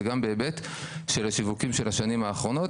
וגם בהיבט של השיווקים של השנים האחרונות.